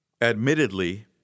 Admittedly